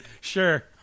Sure